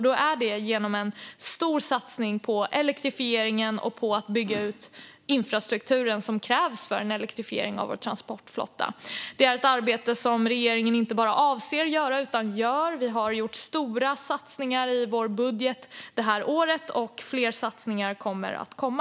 Då är det genom en stor satsning på elektrifieringen och på att bygga ut den infrastruktur som krävs för en elektrifiering av vår transportflotta. Det är ett arbete som regeringen inte bara avser att göra utan gör. Vi har gjort stora satsningar i vår budget det här året, och fler satsningar kommer att komma.